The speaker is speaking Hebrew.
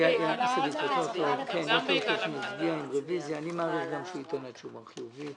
אני מעריך שהוא ייתן תשובה חיובית.